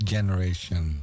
Generation